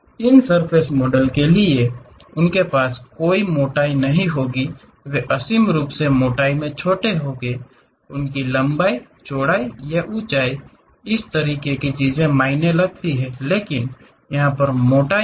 इन surface model के लिए उनके पास कोई मोटाई नहीं है वे असीम रूप से मोटाई में छोटे हैं उनकी लंबाई चौड़ाई यह ऊंचाई इस तरह की चीजें मायने रखती हैं लेकिन मोटाई नहीं